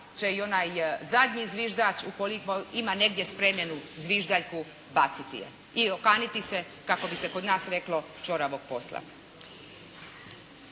će i onaj zadnji zviždač ukoliko ima negdje spremljenu zviždaljku baciti je i okaniti se kako bi se kod nas reklo ćoravog posla.